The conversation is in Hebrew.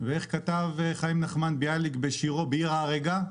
וכמו שכתב חיים נחמן ביאליק בשירו "בעיר ההריגה":